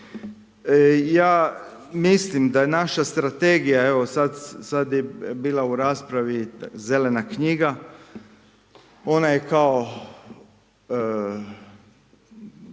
Ja mislim da je naša strategija, evo sada je bila u raspravi zelena knjiga, ona je kao